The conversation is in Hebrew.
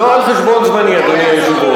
לא על חשבון זמני, אדוני היושב-ראש.